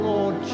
Lord